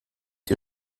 ihr